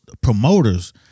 promoters